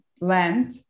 land